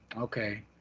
Okay